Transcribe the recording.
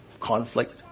conflict